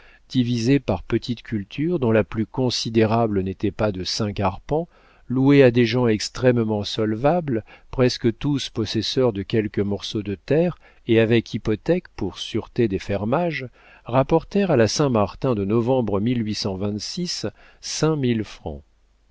divisés par petites cultures dont la plus considérable n'était pas de cinq arpents loués à des gens extrêmement solvables presque tous possesseurs de quelques morceaux de terre et avec hypothèque pour sûreté des fermages rapportèrent à la saint-martin de novembre